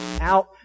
out